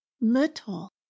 little